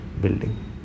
building